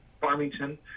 Farmington